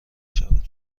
شود